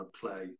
play